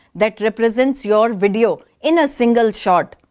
that represents your video in a single shot.